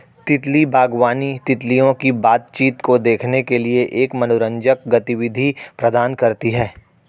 तितली बागवानी, तितलियों की बातचीत को देखने के लिए एक मनोरंजक गतिविधि प्रदान करती है